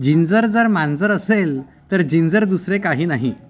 जिंझर जर मांजर असेल तर जिंझर दुसरे काही नाही